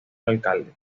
alcalde